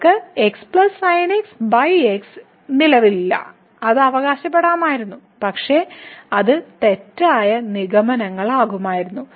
നമ്മൾക്ക് നിലവിലില്ല അത് അവകാശപ്പെടാമായിരുന്നു പക്ഷേ അത് തെറ്റായ നിഗമനങ്ങളാകുമായിരുന്നു